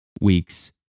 week's